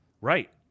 Right